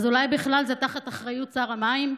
כשיורים עליי, אז אולי בכלל זה באחריות שר המים?